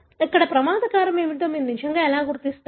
కాబట్టి ప్రమాదకారకం ఏమిటో మీరు నిజంగా ఎలా గుర్తిస్తారు